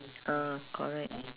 uh correct